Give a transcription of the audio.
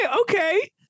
okay